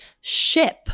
ship